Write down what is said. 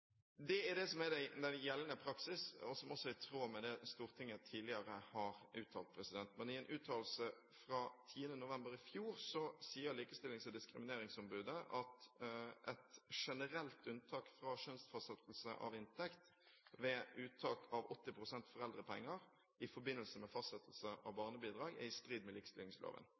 Det er det som er gjeldende praksis, og som også er i tråd med det Stortinget tidligere har uttalt. I en uttalelse fra 10. november i fjor sier Likestillings- og diskrimineringsombudet at et generelt unntak fra skjønnsfastsettelse av inntekt ved uttak av 80 pst. foreldrepenger i forbindelse med fastsettelse av barnebidrag er i strid med likestillingsloven.